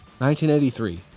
1983